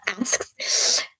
asks